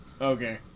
Okay